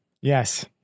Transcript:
Yes